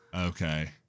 Okay